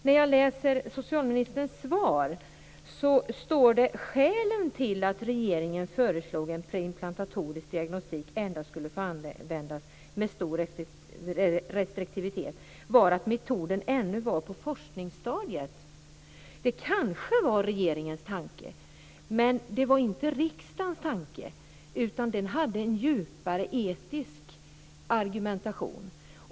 När jag läser socialministerns svar står det: "Skälen till att regeringen föreslog att preimplantatorisk diagnostik endast skulle få användas med stor restriktivitet var att metoden ännu var på forskningsstadiet". Det kanske var regeringens tanke, men det var inte riksdagens tanke. Riksdagen hade en djupare etisk argumentation.